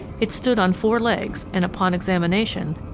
it stood on four legs, and, upon examination,